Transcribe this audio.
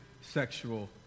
sexual